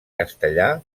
castellà